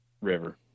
river